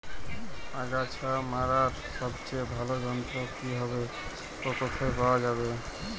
আগাছা মারার সবচেয়ে ভালো যন্ত্র কি হবে ও কোথায় পাওয়া যাবে?